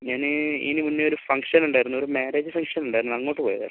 ഞാൻ ഇതിന് മുന്നേ ഒരു ഫംഗ്ഷൻ ഉണ്ടായിരുന്നു ഒരു മാര്യേജ് ഫംഗ്ഷൻ ഉണ്ടായിരുന്നു അങ്ങോട്ട് പോയതായിരുന്നു